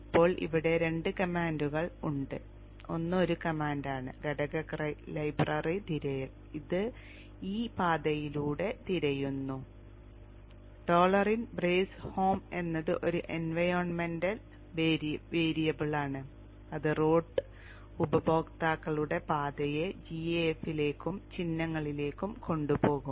ഇപ്പോൾ ഇവിടെ രണ്ട് കമാൻഡുകൾ ഉണ്ട് ഒന്ന് ഒരു കമാൻഡ് ആണ് ഘടക ലൈബ്രറി തിരയൽ അത് ഈ പാതയിലൂടെ തിരയുന്നു ഡോളർ ഇൻ ബ്രേസ് ഹോം എന്നത് ഒരു എൻവയോൺമെന്റ് വേരിയബിളാണ് അത് റൂട്ട് ഉപയോക്താക്കളുടെ പാതയെ gaf ലേക്കും ചിഹ്നങ്ങളിലേക്കും കൊണ്ടുപോകും